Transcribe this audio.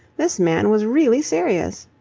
this man was really serious.